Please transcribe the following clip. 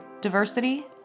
diversity